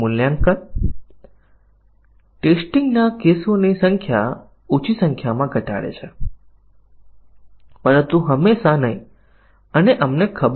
જ્યાં સુધી a એ b કરતાં વધુ છે નિવેદન કવરેજ પ્રાપ્ત થશે